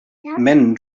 men